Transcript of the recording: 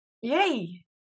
Yay